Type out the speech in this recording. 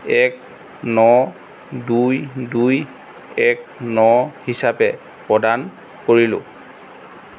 এক ন দুই দুই এক ন হিচাপে প্ৰদান কৰিলোঁ